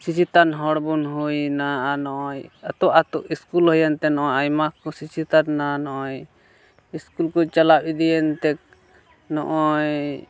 ᱥᱮᱪᱮᱫᱟᱱ ᱦᱚᱲ ᱵᱚᱱ ᱦᱩᱭᱱᱟ ᱟᱨ ᱱᱚᱜᱼᱚᱸᱭ ᱟᱛᱳ ᱟᱛᱳ ᱥᱠᱩᱞ ᱦᱩᱭᱮᱱᱛᱮ ᱱᱚᱜᱼᱚᱸᱭ ᱟᱭᱢᱟ ᱠᱚ ᱥᱮᱪᱮᱛᱟᱱᱱᱟ ᱱᱚᱜᱼᱚᱸᱭ ᱥᱠᱩᱞ ᱠᱚ ᱪᱟᱞᱟᱣ ᱤᱫᱤᱭᱮᱱᱛᱮ ᱱᱚᱜᱼᱚᱸᱭ